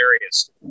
areas